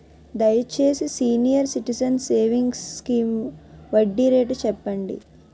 దయచేసి senior citizens savings scheme వడ్డీ rate చెప్పండి